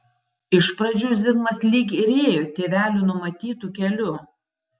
iš pradžių zigmas lyg ir ėjo tėvelių numatytu keliu